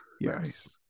Yes